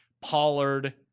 Pollard